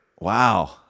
Wow